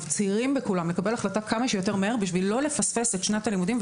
מפצירים בכולם לקבל החלטה כמה שיותר מהר כדי לא לפספס את שנת הלימודים,